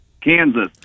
Kansas